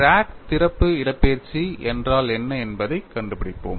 crack திறப்பு இடப்பெயர்ச்சி என்றால் என்ன என்பதைக் கண்டுபிடிப்போம்